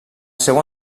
seu